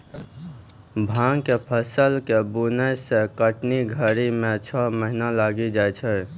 भाँग के फसल के बुनै से कटनी धरी मे छौ महीना लगी जाय छै